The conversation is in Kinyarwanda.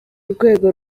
rwego